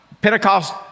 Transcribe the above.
Pentecost